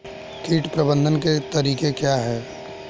कीट प्रबंधन के तरीके क्या हैं?